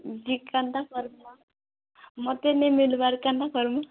ଚିକେନ୍ଟା କର୍ବା ମୋତେ ନେଇ ମିଲ୍ବାର୍ କେନ କର୍ମୁଁ